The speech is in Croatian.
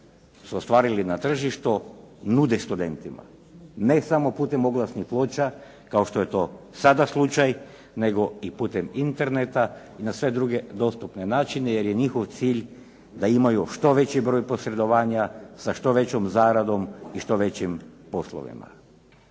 su ostvarili na tržištu nude studentima, ne samo putem oglasnih ploča kao što je to sada slučaj, nego i putem Interneta i na sve druge dostupne načine, jer je njihov cilj da imaju što veći broj posredovanja sa što većom zaradom i što većim poslovima.